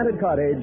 Cottage